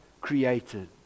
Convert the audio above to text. created